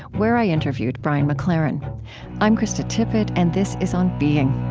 where i interviewed brian mclaren i'm krista tippett, and this is on being